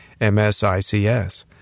MSICS